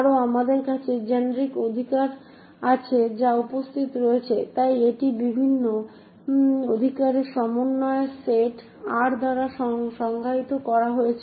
আরও আমাদের কাছে জেনেরিক অধিকার রয়েছে যা উপস্থিত রয়েছে তাই এটি বিভিন্ন বিভিন্ন অধিকারের সমন্বয়ে সেট R দ্বারা সংজ্ঞায়িত করা হয়েছে